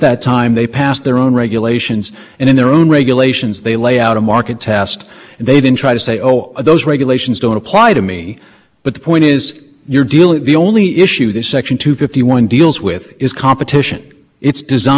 in ten b says that the commission posed to take competition into account but it doesn't say that competition is controlling here the commission did take competition into account and i think the gist of the full service network complaint resides in the commission's decision to forbear